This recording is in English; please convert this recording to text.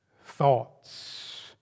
thoughts